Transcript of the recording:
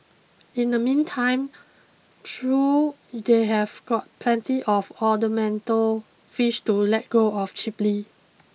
in the meantime through they have got plenty of ornamental fish to let go of cheaply